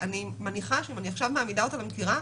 גם לא לחייב דרך אגב וגם לא למערכת,